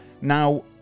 now